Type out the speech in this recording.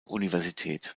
universität